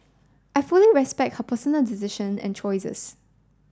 I fully respect her personal decision and choices